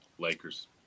Lakers